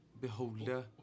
Beholder